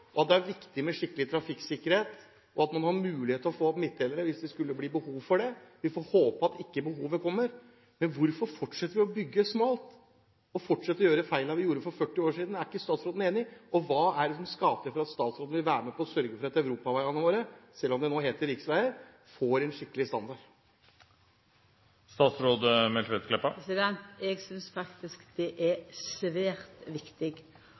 folk at det er viktig med skikkelig trafikksikkerhet, og at man må ha mulighet til å få opp midtdelere hvis det skulle bli behov for det? Vi får håpe at behovet ikke kommer. Men hvorfor fortsetter vi å bygge smalt og fortsetter å gjøre de feilene som vi gjorde for 40 år siden? Er ikke statsråden enig? Hva skal til for at statsråden vil være med på å sørge for at europaveiene våre – selv om de nå heter riksveier – får en skikkelig standard? Eg synest faktisk det er svært viktig